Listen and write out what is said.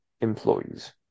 employees